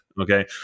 Okay